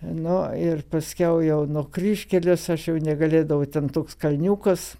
nu ir paskiau jau nuo kryžkelės aš jau negalėdavau ten toks kalniukas